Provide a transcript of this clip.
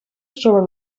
sobre